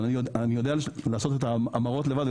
אבל אני יודע לעשות את ההמרות לבד,